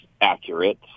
accurate